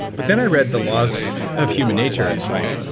but then i read the laws of human nature, i'm like,